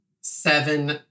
seven